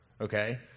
Okay